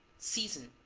season,